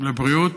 על בריאות,